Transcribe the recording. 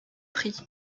prix